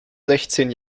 sechzehn